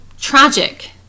tragic